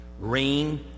rain